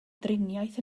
driniaeth